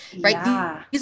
right